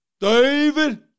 David